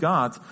God